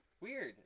Weird